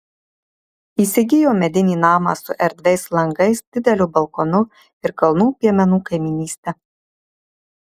įsigijo medinį namą su erdviais langais dideliu balkonu ir kalnų piemenų kaimynyste